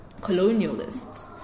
colonialists